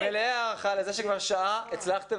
אני מלא הערכה לכך שכבר שעה הצלחתם